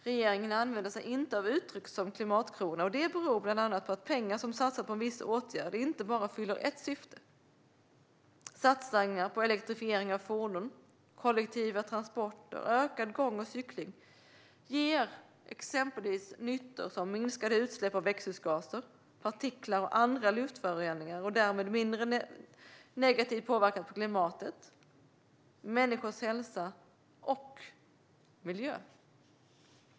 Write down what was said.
Regeringen använder sig inte av uttryck som klimatkrona, och det beror bland annat på att pengar som satsas på en viss åtgärd inte bara uppfyller ett syfte. Satsningar på elektrifiering av fordon, kollektiva transporter, ökad gång och cykling ger till exempel nyttor såsom minskade utsläpp av växthusgaser, partiklar och andra luftföroreningar och därmed mindre negativ påverkan på klimatet, människors hälsa och miljö.